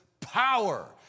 power